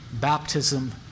baptism